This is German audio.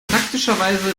praktischerweise